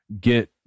get